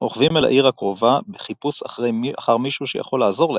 רוכבים אל העיר הקרובה בחיפוש אחר מישהו שיכול לעזור להם.